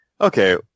okay